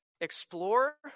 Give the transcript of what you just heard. explore